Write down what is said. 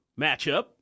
matchup